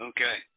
Okay